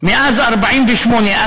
שמאז 1948,